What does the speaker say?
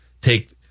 take